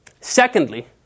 Secondly